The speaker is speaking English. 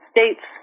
States